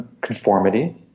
conformity